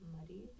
muddy